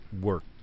work